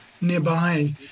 nearby